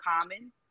common